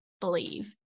believe